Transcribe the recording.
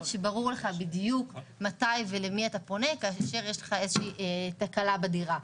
כשברור בדיוק מתי ולמי פונים כשיש איזושהי תקלה בדירה.